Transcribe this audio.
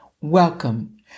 Welcome